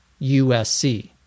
USC